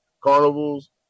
Carnivals